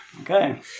Okay